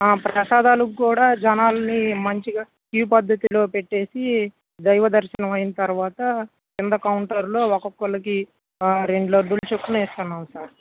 ప్రసాదాలకు కూడా జనాల్ని మంచిగా క్యూ పద్ధతిలో పెట్టేసి దైవదర్శనం అయిన తర్వాత కింద కౌంటర్లో ఒక్కొక్కరికి రెండు లడ్డులు చొప్పున ఇస్తున్నాము సార్